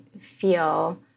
feel